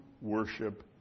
worship